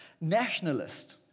nationalist